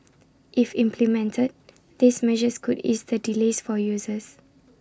if implemented these measures could ease the delays for users